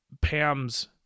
Pam's